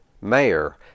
mayor